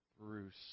Bruce